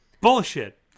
Bullshit